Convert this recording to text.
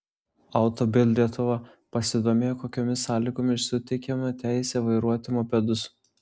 auto bild lietuva pasidomėjo kokiomis sąlygomis suteikiama teisė vairuoti mopedus